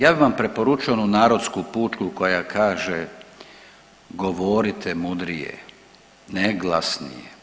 Ja bih vam preporučio onu narodsku, pučku koja kaže: „Govorite mudrije, ne glasnije.